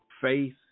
faith